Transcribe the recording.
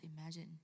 imagine